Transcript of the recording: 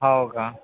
हो का